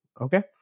Okay